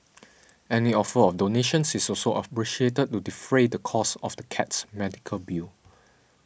any offer of donations is also appreciated to defray the costs of the cat's medical bill